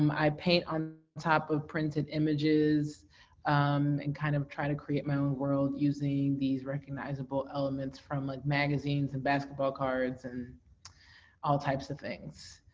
um i paint on top of printed images and kind of try to create my own world using these recognizable elements from like magazines and basketball cards and all types of things.